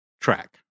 track